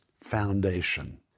foundation